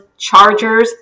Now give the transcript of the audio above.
Chargers